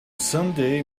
sunday